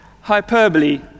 Hyperbole